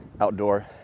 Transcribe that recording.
outdoor